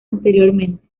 anteriormente